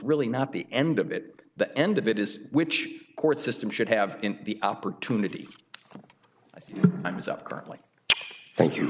really not the end of it the end of it is which court system should have the opportunity i think it was up currently thank you